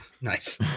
Nice